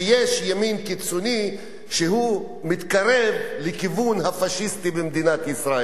ימין קיצוני שמתקרב לכיוון הפאשיסטי במדינת ישראל.